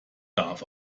darf